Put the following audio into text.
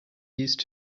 used